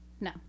No